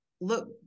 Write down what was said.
look